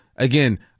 Again